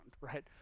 right